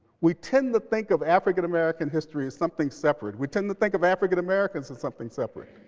we tend to think of african-american history as something separate. we tend to think of african-americans as something separate.